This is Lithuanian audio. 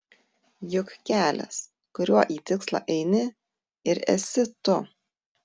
juk kelias kuriuo į tikslą eini ir esi tu